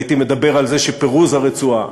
הייתי מדבר על זה שפירוז הרצועה,